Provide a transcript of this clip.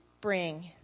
bring